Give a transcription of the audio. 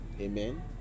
Amen